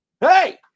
Hey